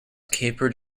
capered